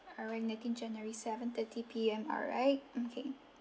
alright nineteen january seven thirty P_M alright okay